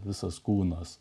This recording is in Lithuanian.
visas kūnas